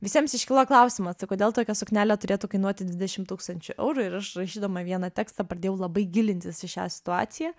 visiems iškilo klausimas kodėl tokia suknelė turėtų kainuoti dvidešimt tūkstančių eurų ir aš rašydama vieną tekstą pradėjau labai gilintis į šią situaciją